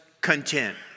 content